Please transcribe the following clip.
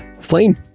flame